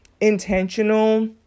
intentional